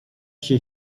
się